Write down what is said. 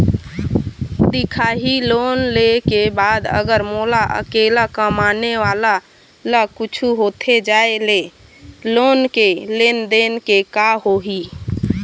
दिखाही लोन ले के बाद अगर मोला अकेला कमाने वाला ला कुछू होथे जाय ले लोन के लेनदेन के का होही?